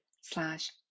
slash